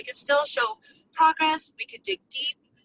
can still show progress. we could dig deep.